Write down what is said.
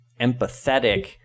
empathetic